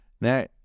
Now